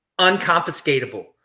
unconfiscatable